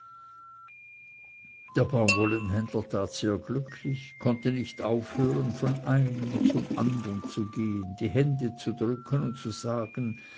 der baumwollenhändler tat sehr glücklich konnte nicht aufhören von einem zum andern zu gehen die hände zu drücken und zu sagen